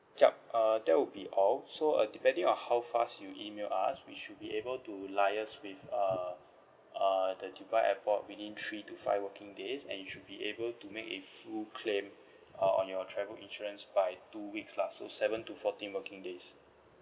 yup uh that will be all so uh depending on how fast you email us we should be able to liaise with uh uh the dubai airport within three to five working days and you should be able to make a full claim uh on your travel insurance by two weeks lah so seven to fourteen working days